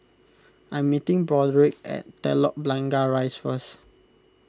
I'm meeting Broderick at Telok Blangah Rise first